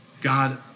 God